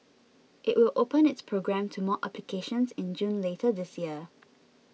it will open its program to more applications in June later this year